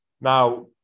Now